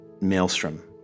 maelstrom